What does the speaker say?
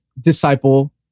Disciple